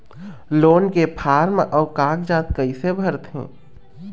Loan के form अऊ कागजात कइसे भरथें?